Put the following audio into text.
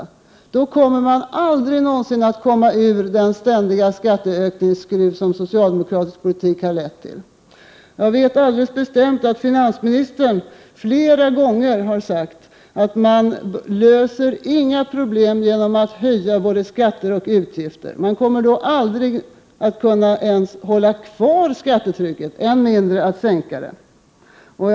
I så fall kommer man aldrig någonsin ur den ständiga skatteökningsskruv som socialdemokratisk politik har lett till. Jag vet alldeles bestämt att finansministern flera gånger har sagt att man inte löser några problem genom att höja både skatter och utgifter, för då kommer man aldrig att kunna ens hålla kvar skattetrycket, än mindre att kunna sänka det.